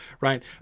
right